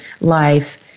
life